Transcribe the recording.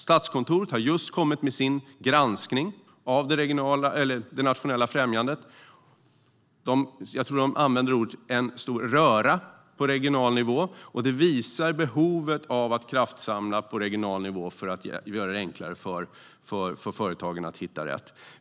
Statskontoret har just kommit med sin granskning av det nationella främjandet, och jag tror att de använde orden "en stor röra" på regional nivå. Det visar behovet av att kraftsamla på regional nivå för att göra det enklare för företagen att hitta rätt.